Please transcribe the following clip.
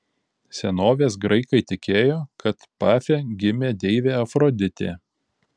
senovės graikai tikėjo kad pafe gimė deivė afroditė